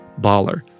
baller